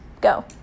Go